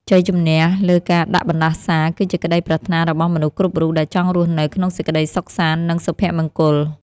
ជ័យជំនះលើការដាក់បណ្តាសាគឺជាក្តីប្រាថ្នារបស់មនុស្សគ្រប់រូបដែលចង់រស់នៅក្នុងសេចក្តីសុខសាន្តនិងសុភមង្គល។